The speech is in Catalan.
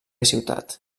ciutat